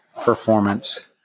performance